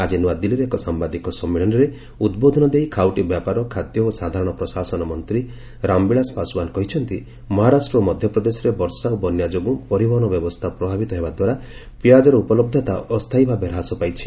ଆଜି ନ୍ନଆଦିଲ୍ଲୀରେ ଏକ ସାମ୍ବାଦିକ ସମ୍ମିଳନୀରେ ଉଦ୍ବୋଧନ ଦେଇ ଖାଉଟି ବ୍ୟାପାର ଖାଦ୍ୟ ଓ ସାଧାରଣ ପ୍ରଶାସନ ମନ୍ତ୍ରୀ ରାମବିଳାଶ ପାଶଓ୍ୱାନ୍ କହିଛନ୍ତି ମହାରାଷ୍ଟ୍ର ଓ ମଧ୍ୟପ୍ରଦେଶରେ ବର୍ଷା ଓ ବନ୍ୟା ଯୋଗୁଁ ପରିବହନ ବ୍ୟବସ୍ଥା ପ୍ରଭାବିତ ହେବା ଦ୍ୱାରା ପିଆଜର ଉପଲହ୍ଧତା ଅସ୍ଥାୟୀ ଭାବେ ହ୍ରାସ ପାଇଛି